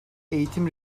eğitim